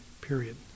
period